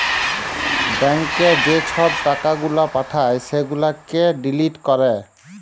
ব্যাংকে যে ছব টাকা গুলা পাঠায় সেগুলাকে ডিলিট ক্যরে